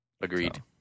Agreed